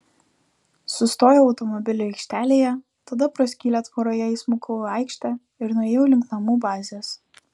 sustojau automobilių aikštelėje tada pro skylę tvoroje įsmukau į aikštę ir nuėjau link namų bazės